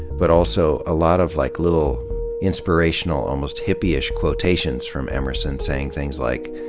but also a lot of like little inspirational, almost hippie-ish quotations from emerson saying things like,